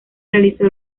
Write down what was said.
realizó